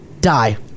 die